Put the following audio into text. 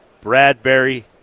Bradbury